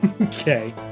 Okay